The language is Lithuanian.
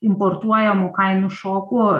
importuojamų kainų šokų